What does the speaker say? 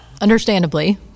Understandably